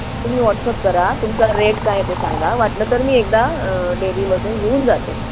तुम्ही वॉट्सअप करा तुमचा रेट काय ते सांगा वाटलं तर मी एकदा डेअरीमध्ये येऊन जाते